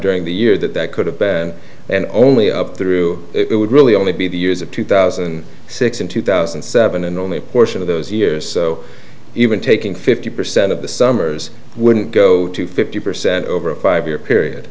during the year that that could have been and only up through it would really only be the use of two thousand and six in two thousand and seven and only a portion of those years so even taking fifty percent of the summers wouldn't go to fifty percent over a five year period